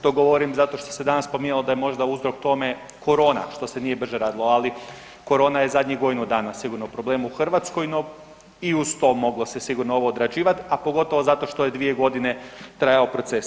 To govorim zato što se danas spominjalo da je možda uzrok tome korona što se nije brže radilo, ali korona je zadnjih godinu dana sigurno problem u Hrvatskoj, no i uz to moglo se sigurno ovo odrađivati, a pogotovo zato što je 2 godine trajao proces.